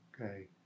okay